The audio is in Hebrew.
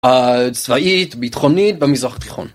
צבאית, ביטחונית, במזרח התיכון.